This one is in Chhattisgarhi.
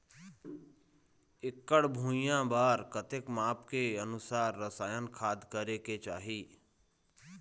एकड़ भुइयां बार कतेक माप के अनुसार रसायन खाद करें के चाही?